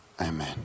amen